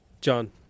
John